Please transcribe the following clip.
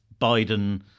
Biden